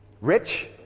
Rich